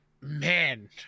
Man